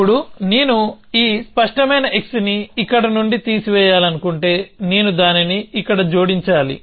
ఇప్పుడునేను ఈ స్పష్టమైన xని ఇక్కడ నుండి తీసివేయాలనుకుంటేనేను దానిని ఇక్కడ జోడించాలి